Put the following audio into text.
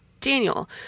Daniel